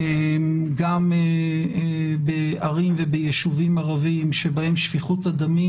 גם בערים וביישובים ערביים שבהם שפיכות הדמים